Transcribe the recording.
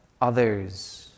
others